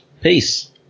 Peace